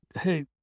Hey